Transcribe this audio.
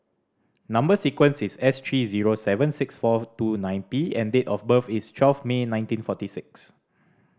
number sequence is S three zero seven six four two nine P and date of birth is twelve May nineteen forty six